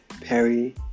Perry